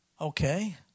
Okay